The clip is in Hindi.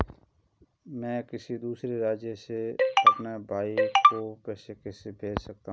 मैं किसी दूसरे राज्य से अपने भाई को पैसे कैसे भेज सकता हूं?